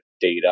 data